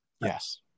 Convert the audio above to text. Yes